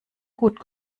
gut